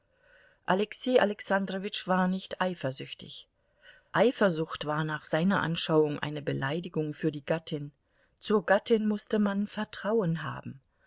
alexei alexandrowitsch war nicht eifersüchtig eifersucht war nach seiner anschauung eine beleidigung für die gattin zur gattin mußte man vertrauen haben